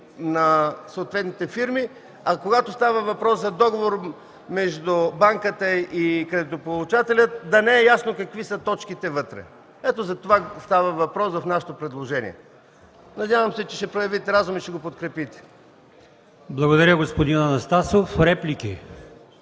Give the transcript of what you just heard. на съответните фирми, а когато става въпрос за договор между банката и кредитополучателя, да не е ясно какви са точките вътре?! Ето, за това става въпрос в нашето предложение. Надявам се, че ще проявите разум и ще го подкрепите. ПРЕДСЕДАТЕЛ АЛИОСМАН ИМАМОВ: